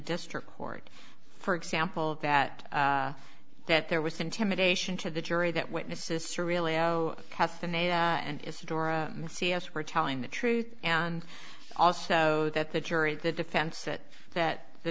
district court for example that that there was intimidation to the jury that witnesses to really zero and see us were telling the truth and also that the jury the defense that that the